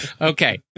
Okay